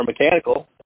mechanical